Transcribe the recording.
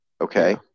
okay